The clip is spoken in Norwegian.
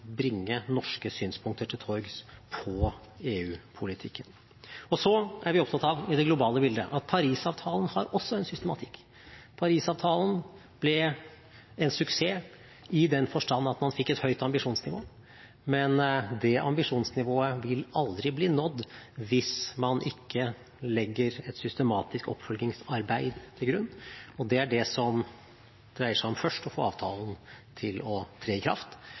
bringe norske synspunkter på EU-politikken til torgs. Så er vi opptatt av det globale bildet. Paris-avtalen har også en systematikk. Paris-avtalen ble en suksess i den forstand at man fikk et høyt ambisjonsnivå, men det ambisjonsnivået vil aldri bli nådd hvis man ikke legger et systematisk oppfølgingsarbeid til grunn. Det er det som dreier seg om først å få avtalen til å tre i kraft,